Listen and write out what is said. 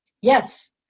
Yes